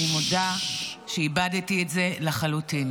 אני מודה שאיבדתי את זה לחלוטין.